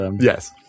Yes